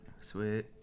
Sweet